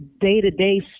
day-to-day